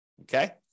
okay